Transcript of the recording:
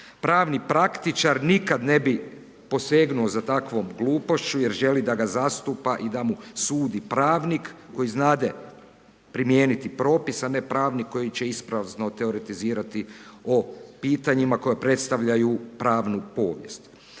Pravni praktičar nikad ne bi posegnuo za takvom glupošću jer želi da ga zastupa i da mu sudi pravnik koji znade primijeniti propis a ne pravnik koji će isprazno teoretizirati o pitanjima koja predstavljaju pravnu povijest.